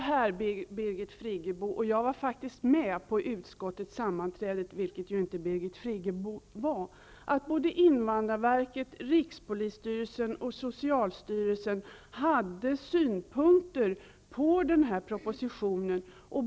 Herr talman! Jag var faktiskt med vid utskottets sammanträde, Birgit Friggebo, vilket inte Birgit Friggebo var. Invandrarverket, rikspolisstyrelsen och socialstyrelsen hade synpunkter på propositionen.